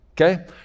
okay